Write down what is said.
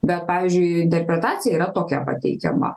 bet pavyzdžiui interpretacija yra tokia pateikiama